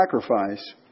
sacrifice